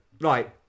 right